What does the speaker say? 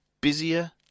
busier